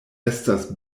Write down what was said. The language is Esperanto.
estas